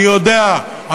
אני יודע,